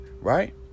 right